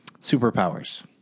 Superpowers